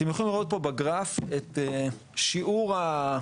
אתם יכולים לראות פה בגרף את שיעור או